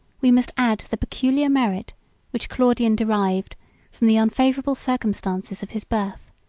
we must add the peculiar merit which claudian derived from the unfavorable circumstances of his birth.